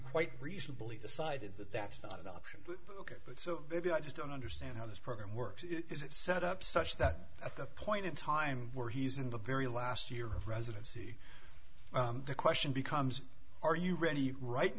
quite reasonably decided that that's not an option to look at but so maybe i just don't understand how this program works is it set up such that at the point in time where he's in the very last year of residency the question becomes are you ready right